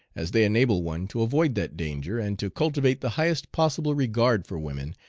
as they enable one to avoid that danger and to cultivate the highest possible regard for women,